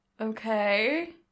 Okay